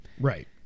right